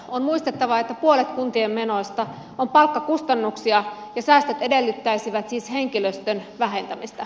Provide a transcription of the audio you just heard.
on muistettava että puolet kuntien menoista on palkkakustannuksia ja säästöt edellyttäisivät siis henkilöstön vähentämistä